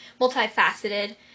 multifaceted